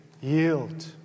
yield